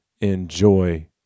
enjoy